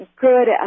good